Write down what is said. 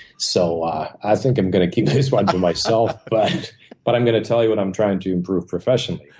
so i i think i'm gonna keep this one to myself. but but i'm gonna tell you what i'm trying to improve professionally.